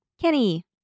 Kenny